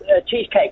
cheesecake